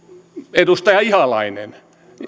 edustaja ihalainen